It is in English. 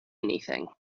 anything